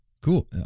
Cool